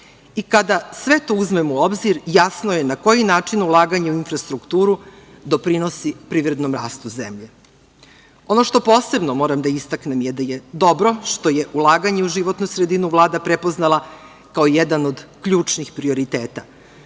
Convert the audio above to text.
i kada sve to uzmemo u obzir jasno je na koji način ulaganje u infrastrukturu doprinosi privredom rastu zemlje. Ono što posebno moram da istaknem da je dobro što je ulaganje u životnu sredinu Vlada prepoznala, kao jedan ključnih prioriteta.